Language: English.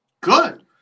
Good